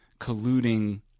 colluding